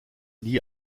nie